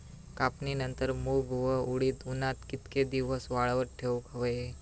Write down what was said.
कापणीनंतर मूग व उडीद उन्हात कितके दिवस वाळवत ठेवूक व्हये?